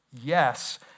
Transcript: Yes